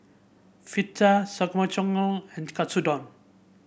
and Katsudon